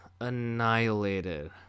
annihilated